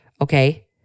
Okay